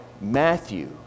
Matthew